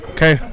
Okay